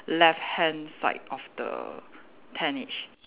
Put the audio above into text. left hand side of the tentage